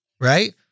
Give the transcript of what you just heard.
right